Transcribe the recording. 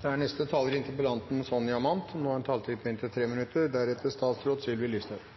Takk for en engasjert debatt som viser at det er mange som